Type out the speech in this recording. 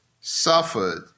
suffered